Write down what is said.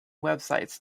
websites